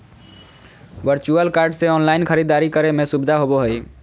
virtual card से online खरीदारी करे में सुबधा होबो हइ